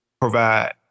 provide